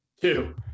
Two